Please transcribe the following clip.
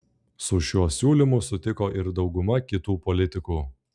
su šiuo siūlymu sutiko ir dauguma kitų politikų